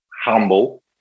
humble